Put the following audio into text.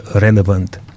relevant